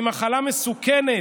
והיא מחלה מסוכנת,